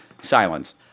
silence